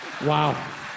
Wow